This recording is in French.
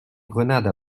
grenades